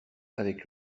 avec